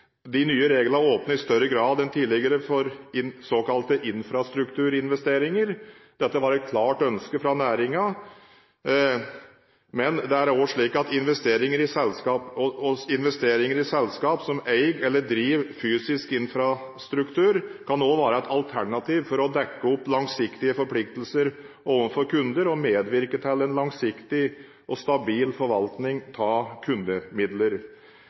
De nye reglene åpner i større grad enn tidligere for såkalte infrastrukturinvesteringer. Dette var et klart ønske fra næringen. Men det er også slik at investeringer i selskaper som eier eller driver fysisk infrastruktur, også kan være et alternativ for å dekke opp langsiktige forpliktelser overfor kunder og medvirke til en langsiktig og stabil forvaltning av kundemidler.